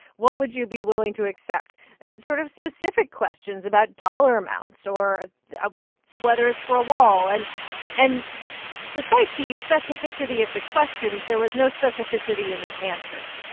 what would you be willing to accept sort of specific questions about dollar amounts or ah whether it's for a wall and and despite the specificity of the questions, there was no specificity in the answers,